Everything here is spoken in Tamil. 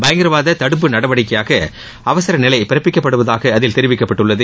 பயங்கரவாத தடுப்பு நடவடிக்கையாக அவசர நிலை பிறப்பிக்கப்படுவதாக அதில் தெரிவிக்கப்பட்டுள்ளது